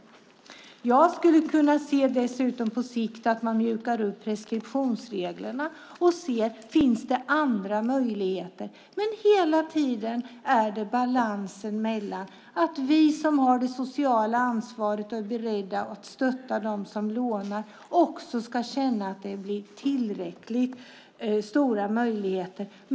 Dessutom skulle man på sikt kunna mjuka upp preskriptionsreglerna och se om det finns andra möjligheter. Vi som har det sociala ansvaret och är beredda att stötta dem som lånar ska känna att det finns tillräckligt stora möjligheter.